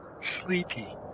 sleepy